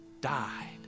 died